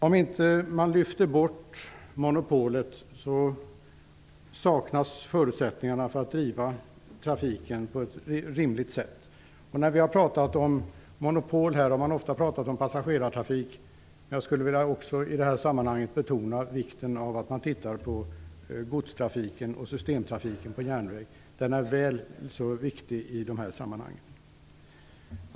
Om man inte lyfter bort monopolet saknas förutsättningarna för att driva trafiken på ett rimligt sätt. När vi har pratat om monopol har vi ofta pratat om passagerartrafik, men jag skulle också vilja betona vikten av att man tittar på godstrafiken och systemtrafiken på järnväg. Den är väl så viktig i de här sammanhangen.